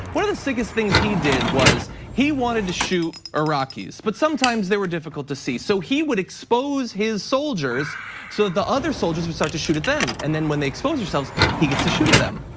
one of the sickest things he did was he wanted to shoot iraqis, but sometimes they were difficult to see. so he would expose his soldiers so that the other soldiers would start to shoot at them. and then when they exposed themselves, he gets to shoot at them.